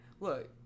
Look